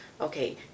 Okay